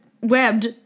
webbed